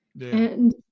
And-